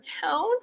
town